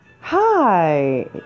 hi